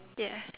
yes